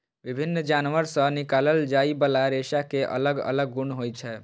विभिन्न जानवर सं निकालल जाइ बला रेशा मे अलग अलग गुण होइ छै